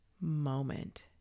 moment